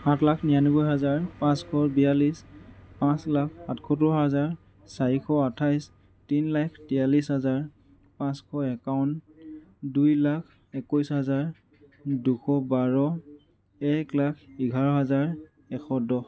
সাতলাখ নিৰানব্বৈ হাজাৰ পাঁচশ বিয়াল্লিছ পাঁচলাখ আঠ সত্তৰ হাজাৰ চাৰিশ আঠাইছ তিনি লাখ তিয়াল্লিছ হাজাৰ পাঁচশ একাৱন দুই লাখ একৈছ হাজাৰ দুশ বাৰ এক লাখ এঘাৰ হাজাৰ এশ দহ